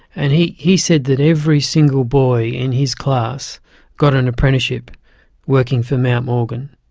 and he he said that every single boy in his class got an apprenticeship working for mount morgan.